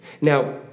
Now